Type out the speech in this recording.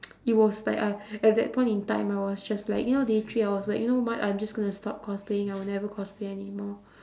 it was like I at that point in time I was just like you know day three I was like you know what I am just gonna stop cosplaying I will never cosplay anymore